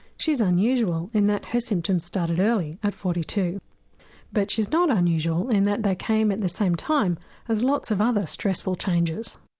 she's unusual in that her symptoms started early at forty two but she's not unusual in that they came at the same time as lots of other stressful changes.